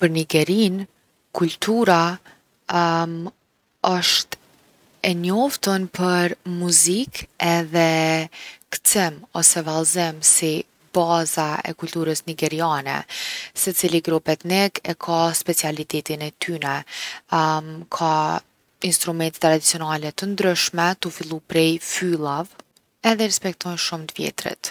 Për Nigerinë kultura osht e njoftun për muzikë edhe kcim ose vallëzim si baza e kulturës nigeriane. Secili grup etnik e ka specialitetin e tyne. ka instrumente tradicionale t’ndryshme tu fillu prej fyllave edhe i respektojnë shumë t’vjetrit.